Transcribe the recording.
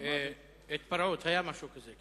משהו כזה.